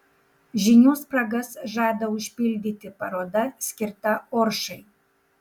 žinių spragas žada užpildyti paroda skirta oršai